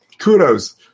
Kudos